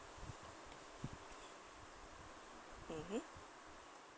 mmhmm